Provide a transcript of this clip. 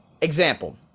example